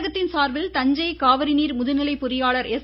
தமிழகத்தின் சார்பில் தஞ்சை காவிரி நீர் முதுநிலை பொறியாளர் எஸ்